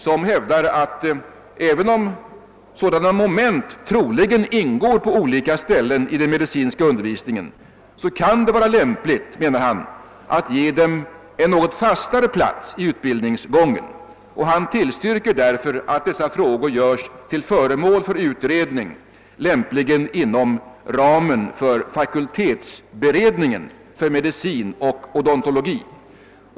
Han hävdar att även »om sådana moment troligen ingår på olika ställen i den medicinska undervisningen, kan det vara lämpligt att ge dem en något fastare plats i utbildningsgången». Han tillstyrker därför att »dessa frågor görs till föremål för utredning, lämpligen inom ramen för fakultetsberedningen för medicin och odontologi».